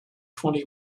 twenty